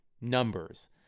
numbers